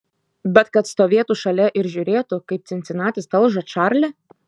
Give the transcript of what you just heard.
bet kad stovėtų šalia ir žiūrėtų kaip cincinatis talžo čarlį